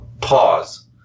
pause